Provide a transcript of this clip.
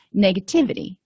negativity